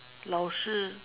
老师